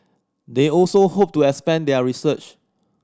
they also hope to expand their research